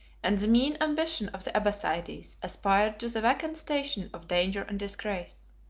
and the mean ambition of the abbassides aspired to the vacant station of danger and disgrace.